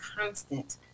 constant